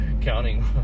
counting